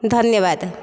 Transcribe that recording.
ଧନ୍ୟବାଦ